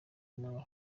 amahoro